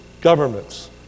governments